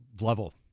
level